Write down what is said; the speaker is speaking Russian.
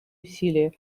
усилия